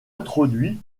introduit